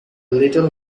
little